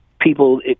people